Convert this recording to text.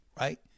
right